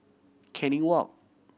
Canning Walk